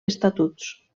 estatuts